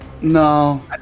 No